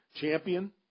champion